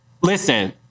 listen